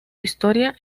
historia